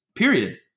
Period